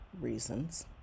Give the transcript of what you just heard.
reasons